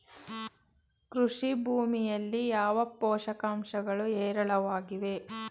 ಕೃಷಿ ಭೂಮಿಯಲ್ಲಿ ಯಾವ ಪೋಷಕಾಂಶಗಳು ಹೇರಳವಾಗಿವೆ?